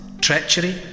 treachery